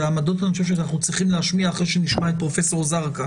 העמדות אני חושב שאנחנו צריכים להשמיע אחרי שנשמע את פרופסור זרקא.